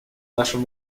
нашим